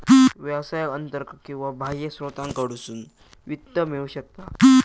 व्यवसायाक अंतर्गत किंवा बाह्य स्त्रोतांकडसून वित्त मिळू शकता